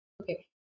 Okay